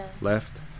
left